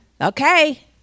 okay